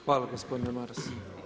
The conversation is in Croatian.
Hvala gospodine Maras.